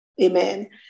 Amen